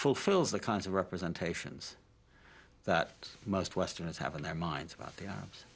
fulfills the kinds of representations that most westerners have in their minds about the